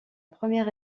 première